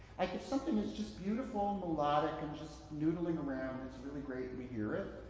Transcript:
like it's something that's just beautiful, melodic and just noodling around, and it's really great when we hear it.